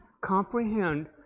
comprehend